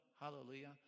Hallelujah